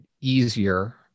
easier